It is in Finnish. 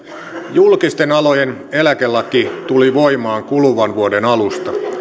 julkisten alojen eläkelaki tuli voimaan kuluvan vuoden alusta